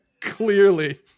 clearly